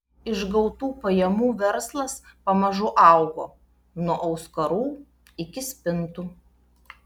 iš gautų pajamų verslas pamažu augo nuo auskarų iki spintų